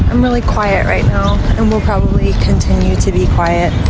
i'm really quiet right now and will probably continue to be quiet.